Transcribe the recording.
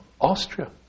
Austria